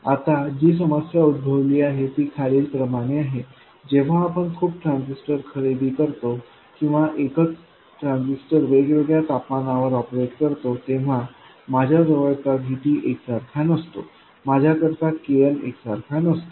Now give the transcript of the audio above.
आता जी समस्या उद्भवली आहे ती खालीलप्रमाणे आहे जेव्हा आपण खूप ट्रान्झिस्टर खरेदी करतो किंवा एकच ट्रान्झिस्टर वेगवेगळ्या तापमानावर ऑपरेट करतो तेव्हा माझ्या जवळचा VTएकसारखा नसतो आणि माझ्या कडचा Kn एकसारखा नसतो